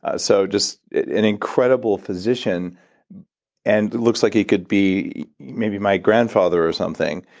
ah so just an incredible physician and looks like he could be maybe my grandfather or something.